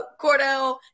Cordell